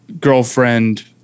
girlfriend